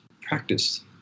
practice